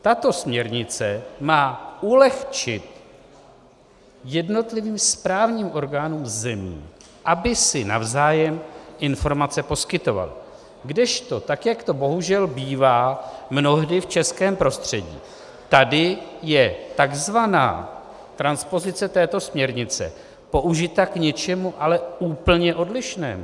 Tato směrnice má ulehčit jednotlivým správním orgánům zemí, aby si navzájem informace poskytovaly, kdežto, tak jak to bohužel bývá mnohdy v českém prostředí, tady je tzv. transpozice této směrnice použita k něčemu ale úplně odlišnému.